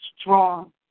strong